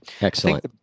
Excellent